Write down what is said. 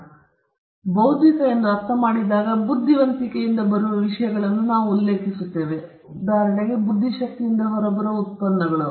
ನಾವು ಬೌದ್ಧಿಕ ಅರ್ಥ ಮಾಡಿದಾಗ ನಮ್ಮ ಬುದ್ಧಿವಂತಿಕೆಯಿಂದ ಬರುವ ವಿಷಯಗಳನ್ನು ನಾವು ಉಲ್ಲೇಖಿಸುತ್ತೇವೆ ಉದಾಹರಣೆಗೆ ನಮ್ಮ ಬುದ್ಧಿಶಕ್ತಿಯಿಂದ ಹೊರಬರುವ ಉತ್ಪನ್ನಗಳು